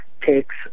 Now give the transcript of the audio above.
takes